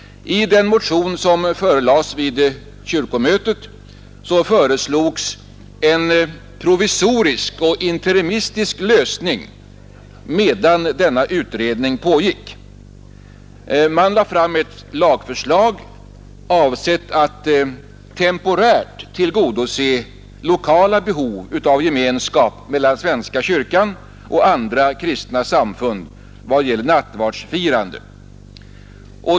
I den motion, som framlades vid kyrkomötet, föreslogs en provisorisk och interimistisk lösning, medan denna utredning pågick. Man lade fram ett förslag avsett att temporärt tillgodose lokala behov av gemenskap mellan svenska kyrkan och andra kristna samfund vad gäller nattvardsfirandet.